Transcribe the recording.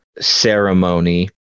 ceremony